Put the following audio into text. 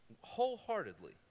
wholeheartedly